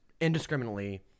indiscriminately